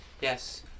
yes